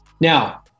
now